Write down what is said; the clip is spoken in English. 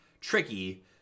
tricky